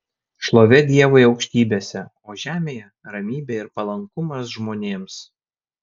šlovė dievui aukštybėse o žemėje ramybė ir palankumas žmonėms